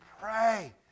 pray